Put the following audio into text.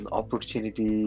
opportunity